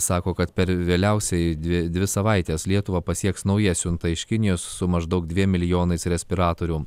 sako kad per vėliausiai dvi dvi savaites lietuvą pasieks nauja siunta iš kinijos su maždaug dviem milijonais respiratorių